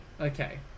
Okay